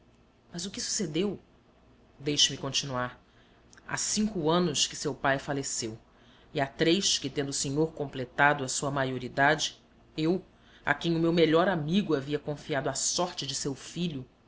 mas o que sucedeu deixe-me continuar há cinco anos que seu pai faleceu e há três que tendo o senhor completado a sua maioridade eu a quem o meu melhor amigo havia confiado a sorte de seu filho